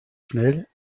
schnell